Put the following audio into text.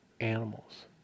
animals